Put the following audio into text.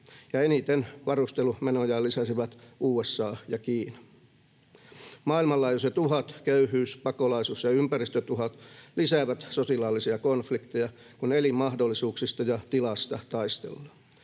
eniten varustelumenojaan lisäsivät USA ja Kiina. Maailmanlaajuiset uhat — köyhyys, pakolaisuus ja ympäristötuhot — lisäävät sotilaallisia konflikteja, kun elinmahdollisuuksista ja ‑tilasta taistellaan.